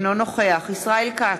אינו נוכח ישראל כץ,